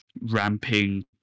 ramping